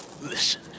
Listen